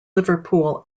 liverpool